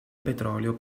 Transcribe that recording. petrolio